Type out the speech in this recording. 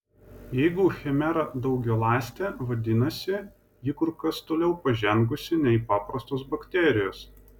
jeigu chimera daugialąstė vadinasi ji kur kas toliau pažengusi nei paprastos bakterijos